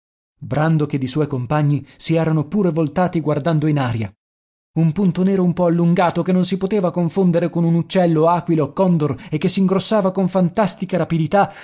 brandok ed i suoi compagni si erano pure voltati guardando in aria un punto nero un po allungato che non si poteva confondere con un uccello aquila o condor e che s'ingrossava con fantastica rapidità